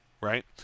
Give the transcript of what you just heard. Right